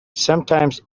sometimes